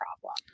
problem